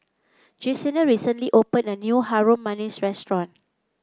Jesenia recently opened a new Harum Manis restaurant